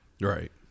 Right